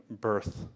birth